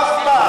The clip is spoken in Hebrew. אף פעם.